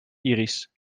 iris